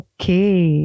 Okay